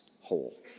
whole